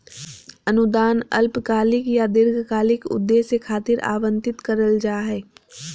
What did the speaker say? अनुदान अल्पकालिक या दीर्घकालिक उद्देश्य खातिर आवंतित करल जा हय